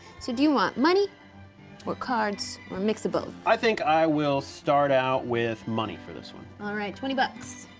so do you want money or cards or a mix of both? i think i will start out with money for this one. alright, twenty bucks.